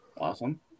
awesome